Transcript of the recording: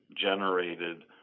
generated